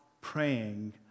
praying